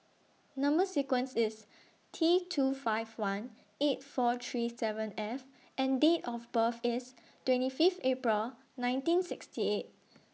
Number sequence IS T two five one eight four three seven F and Date of birth IS twenty Fifth April nineteen sixty eight